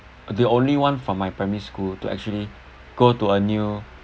the only one from my primary school to actually go to a new